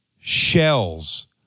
shells